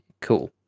cool